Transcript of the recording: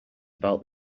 about